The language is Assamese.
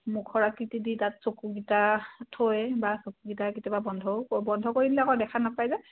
মুখৰ আকৃতি দি তাত চকুকেইটা থৈ বা চকুকেইটা কেতিয়াবা বন্ধও বন্ধ কৰি দিলে আকৌ দেখা নাপায় যে